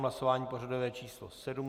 Hlasování pořadové číslo 7.